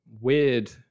weird